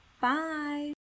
bye